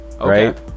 right